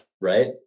right